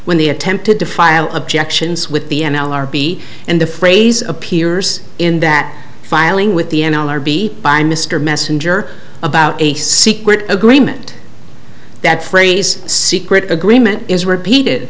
when they attempted to file objections with the n l r b and the phrase appears in that filing with the n l r b by mr messenger about a secret agreement that phrase secret agreement is repeated